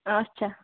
اَچھا